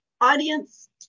audience